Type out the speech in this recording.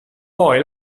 poi